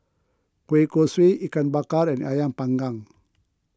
Kueh Kosui Ikan Bakar and Ayam Panggang